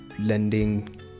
lending